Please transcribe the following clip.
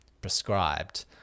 prescribed